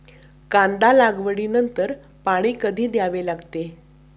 कांदा लागवडी नंतर पाणी कधी द्यावे लागते?